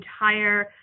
entire